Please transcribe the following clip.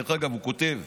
הוא כותב,